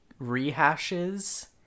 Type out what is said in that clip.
rehashes